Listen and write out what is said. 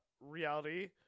reality